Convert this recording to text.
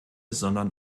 sondern